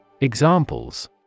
Examples